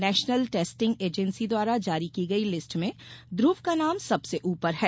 national testing agency द्वारा जारी की गई लिस्ट में ध्रव का नाम सबसे ऊपर है